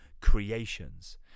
creations